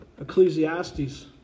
ecclesiastes